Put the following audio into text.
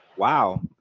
Wow